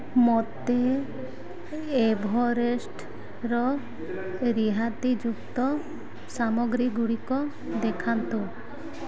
ମୋତେ ଏଭରେଷ୍ଟ୍ର ରିହାତିଯୁକ୍ତ ସାମଗ୍ରୀ ଗୁଡ଼ିକ ଦେଖାନ୍ତୁ